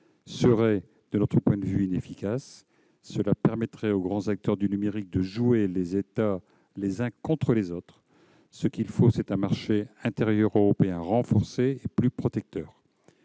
seraient de notre point de vue inefficaces : cela permettrait aux grands acteurs du numérique de jouer les États les uns contre les autres. Ce qu'il faut, c'est un marché intérieur européen renforcé et plus protecteur.